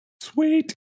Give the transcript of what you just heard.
Sweet